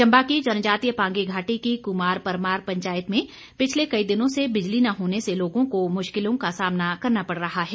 चंबा की जनजातीय पांगी घाटी की कुमार परमार पंचायत में पिछले कई दिनों से बिजली न होने से लोगों को मुश्किलों का सामना करना पड़ रहा है